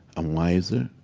i'm wiser.